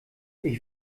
ich